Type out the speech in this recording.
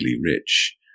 rich